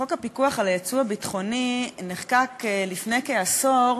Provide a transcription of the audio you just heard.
חוק הפיקוח על יצוא ביטחוני נחקק לפני כעשור,